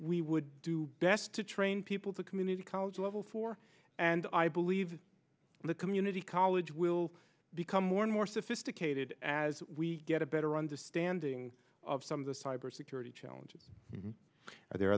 we would do best to train people to community college level for and i believe the community college will become more and more sophisticated as we get a better understanding of some of the cybersecurity challenges are there